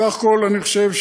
בסך הכול אני חושב,